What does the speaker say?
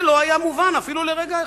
זה לא היה מובן, אפילו לרגע אחד.